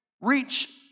reach